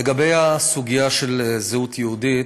לגבי הסוגיה של זהות יהודית,